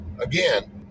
again